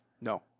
No